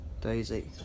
Daisy